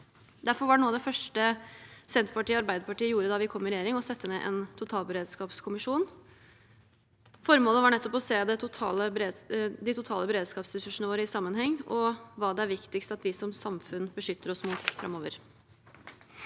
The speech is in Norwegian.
Derfor var noe av det første Senterpartiet og Arbeiderpartiet gjorde da vi kom i regjering, å sette ned en totalberedskapskommisjon. Formålet var nettopp å se de totale beredskapsressursene våre i sammenheng – og hva som er viktigst at vi som samfunn beskytter oss mot framover.